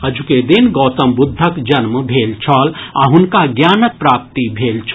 अजुके दिन गौतम बुद्धक जन्म भेल छल आ हुनका ज्ञानक प्राप्ति भेल छल